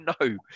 no